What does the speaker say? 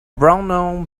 bruno